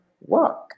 work